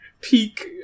peak